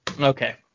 Okay